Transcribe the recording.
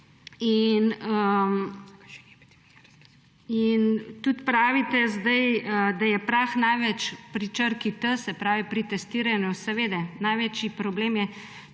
tudi zdaj, da je prah največ pri črki T, se pravi pri testiranju. Seveda največji problem je